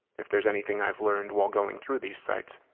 if there's anything i've learned while going through these sites,